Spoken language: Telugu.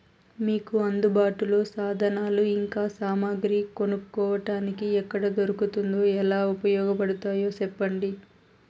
మీకు అందుబాటులో సాధనాలు ఇంకా సామగ్రి కొనుక్కోటానికి ఎక్కడ దొరుకుతుందో ఎలా ఉపయోగపడుతాయో సెప్పండి?